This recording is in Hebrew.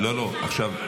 אזולאי, לא, לא, עכשיו.